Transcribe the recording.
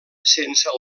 sense